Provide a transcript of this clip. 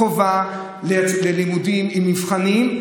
חובה ללמוד עם מבחנים,